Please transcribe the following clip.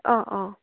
অঁ অঁ